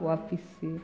वापस से